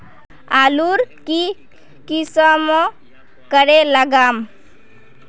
आलूर की किसम करे लागम?